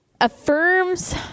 Affirms